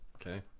Okay